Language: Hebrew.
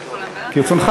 ברכות.